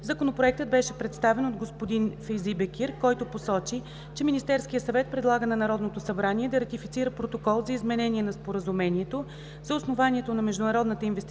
Законопроектът беше представен от господин Фейзи Бекир, който посочи, че Министерският съвет предлага на Народното събрание да ратифицира Протокол за изменение на Споразумението за основаването на Международната инвестиционна